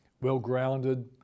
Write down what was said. well-grounded